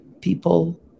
people